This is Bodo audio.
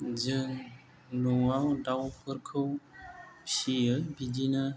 जों न'आव दाउफोरखौ फिसियो बिदिनो